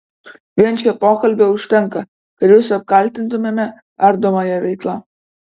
vien šio pokalbio užtenka kad jus apkaltintumėme ardomąja veikla